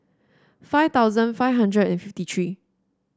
five thousand five hundred and fifty three